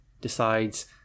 decides